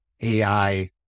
AI